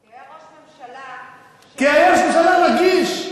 היה ראש ממשלה, כי היה ראש ממשלה רגיש,